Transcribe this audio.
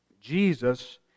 Jesus